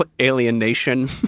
Alienation